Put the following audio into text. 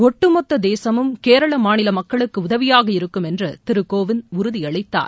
ஒட்டு மொத்த தேசமும் கேரள மாநில மக்களுக்கு உதவியாக இருக்கும் என்று திரு கோவிந்த் உறுதியளித்தார்